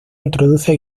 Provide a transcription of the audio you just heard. introduce